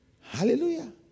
Hallelujah